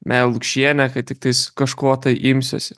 meilę lukšienę kai tiktais kažko tai imsiuosi